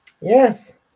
yes